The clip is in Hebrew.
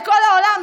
לכל העולם,